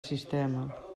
sistema